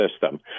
system